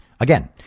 Again